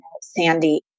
Sandy